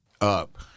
up